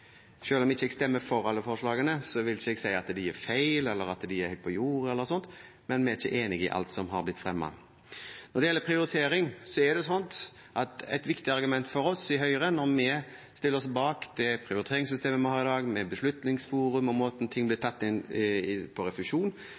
om jeg ikke stemmer for alle forslagene, vil jeg ikke si at de er feil, eller at de er helt på jordet eller noe sånt, men vi er ikke enig i alt som har blitt fremmet. Når det gjelder prioritering, er et viktig argument for oss i Høyre når vi stiller oss bak det prioriteringssystemet vi har i dag, med beslutningsforum og den måten ting blir tatt inn på refusjon